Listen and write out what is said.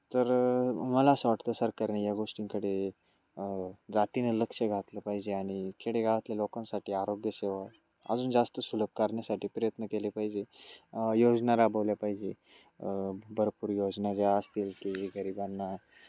तर मला असं वाटतं सरकारने या गोष्टींकडे जातीने लक्ष घातलं पाहिजे आणि खेडेगावातल्या लोकांसाठी आरोग्यसेवा अजून जास्त सुलभ करण्यासाठी प्रयत्न केले पाहिजे योजना राबवल्या पाहिजे भरपूर योजना ज्या असतील की गरिबांना